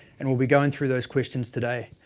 and we'll be going through those questions today.